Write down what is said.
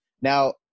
Now